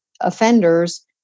offenders